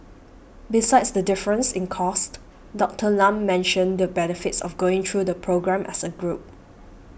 besides the difference in cost Doctor Lam mentioned the benefits of going through the programme as a group